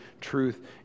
truth